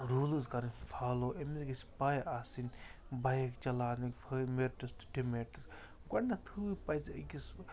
rules کَرٕنۍ follow أمِس گَژھِ پَے آسٕنۍ بایِک چَلاونٕکۍ مِرٹٕس تہِ ڈِمِرٹٕس گۄڈٕنٮ۪تھٕے پَزِ أکِس